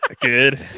good